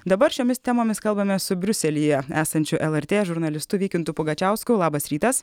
dabar šiomis temomis kalbamės su briuselyje esančiu lrt žurnalistu vykintu pugačiausku labas rytas